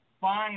fine